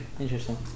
Interesting